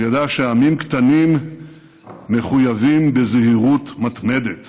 הוא ידע שעמים קטנים מחויבים בזהירות מתמדת